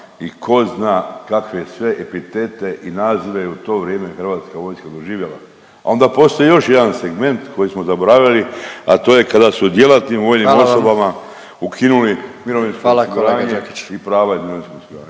i tko zna kakve sve epitete i nazive je u to vrijeme Hrvatska vojska doživjela. A onda poslije još jedan segment koji smo zaboravili, a to je kada su djelatnim vojnim osobama … …/Upadica predsjednik: Hvala vam./… … ukinuli